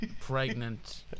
pregnant